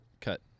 cut